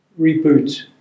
reboot